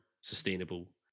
sustainable